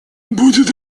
будет